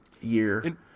year